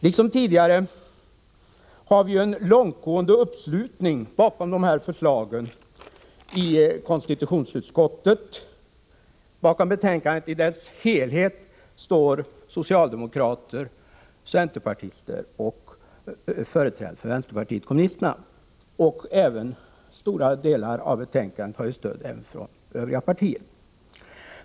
Liksom tidigare har vi en långtgående uppslutning bakom förslagen i konstitutionsutskottet. Bakom betänkandet i dess helhet står socialdemokrater, centerpartister och företrädare för vänsterpartiet kommunisterna. Stora delar av betänkandet har stöd även från övriga partier.